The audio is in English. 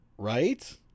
Right